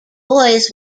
boys